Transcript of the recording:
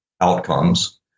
outcomes